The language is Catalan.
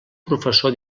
professor